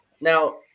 Now